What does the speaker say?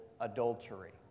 adultery